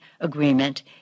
agreement